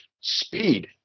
speed